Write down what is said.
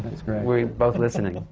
we're both listening.